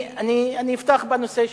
כבר הבעתי,